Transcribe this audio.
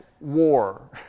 war